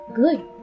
good